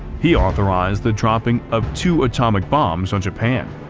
he authorised the dropping of two atomic bombs on japan.